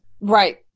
right